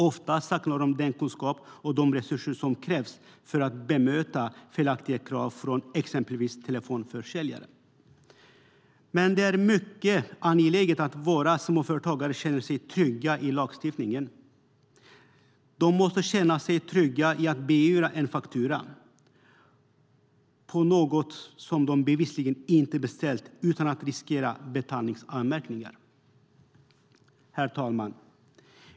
Ofta saknar de den kunskap och de resurser som krävs för att bemöta felaktiga krav från exempelvis telefonförsäljare. Det är mycket angeläget att våra småföretagare känner sig trygga med lagstiftningen. De måste känna sig trygga i att bestrida en faktura på något som de bevisligen inte beställt utan att riskera betalningsanmärkningar. Herr talman!